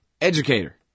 educator